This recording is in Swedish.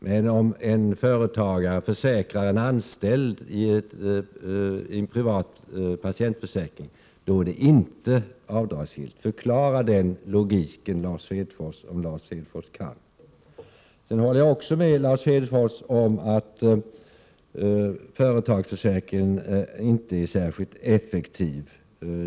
Men om en företagare genom en privat patientförsäkring försäkrar en anställd är premien inte avdragsgill. Förklara den logiken om Lars Hedfors kan det! Vidare håller jag också med Lars Hedfors om att företagsförsäkringen inte är särskilt effektiv.